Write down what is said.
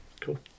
cool